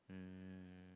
um